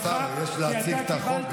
רק כבודו שכח, כבוד השר, יש להציג גם את החוק.